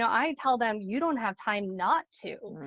i tell them, you don't have time not to.